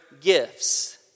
gifts